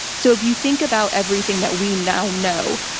so if you think about everything that we now know,